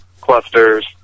clusters